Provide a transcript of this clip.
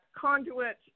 conduit